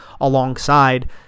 alongside